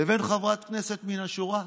לבין חברת כנסת מן השורה,